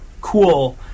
cool